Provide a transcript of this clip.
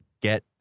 get